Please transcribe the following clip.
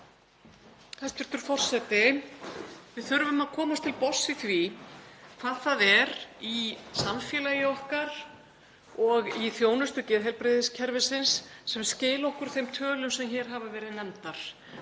Hæstv. forseti. Við þurfum að komast til botns í því hvað það er í samfélagi okkar og í þjónustu geðheilbrigðiskerfisins sem skilar okkur þeim tölum sem hér hafa verið nefndar,